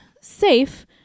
safe